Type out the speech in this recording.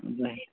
नाही